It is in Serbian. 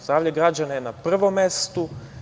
Zdravlje građana je na prvom mestu.